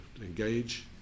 engage